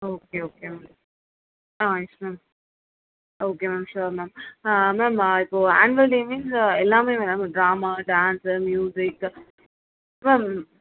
okay okay ma'am ah yes ma'am okay ma'am sure ma'am ma'am இப்போது annual day means எல்லாமேவா madam drama dance music ma'am